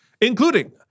including